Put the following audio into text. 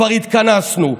כבר התכנסנו,